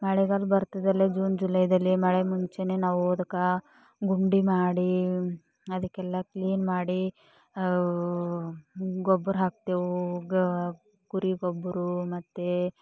ಮಳೆಗಳು ಬರ್ತದಲ್ಲೇ ಜೂನ್ ಜುಲೈದಲ್ಲಿ ಮಳೆ ಮುಂಚೇನೇ ನಾವು ಅದಕ್ಕೆ ಗುಂಡಿ ಮಾಡಿ ಅದಕ್ಕೆಲ್ಲ ಕ್ಲೀನ್ ಮಾಡಿ ಗೊಬ್ಬರ ಹಾಕ್ತೇವೆ ಗ ಕುರಿ ಗೊಬ್ಬರ ಮತ್ತೆ